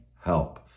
help